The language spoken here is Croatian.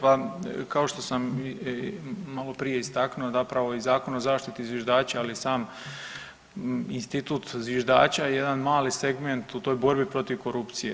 Pa kao što sam maloprije istaknuo zapravo i Zakon o zaštiti zviždača, ali i sam institut zviždača je jedan mali segment u toj borbi protiv korupcije.